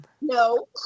No